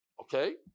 Okay